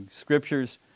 scriptures